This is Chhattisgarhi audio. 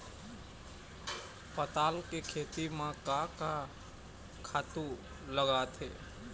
पताल के खेती म का का खातू लागथे?